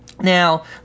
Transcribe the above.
Now